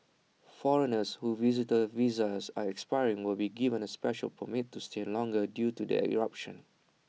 foreigners whose visitor visas are expiring will be given A special permit to stay longer due to the eruption